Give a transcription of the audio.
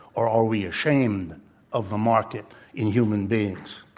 or are we ashamed of the market in human beings?